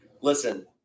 Listen